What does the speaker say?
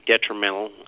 detrimental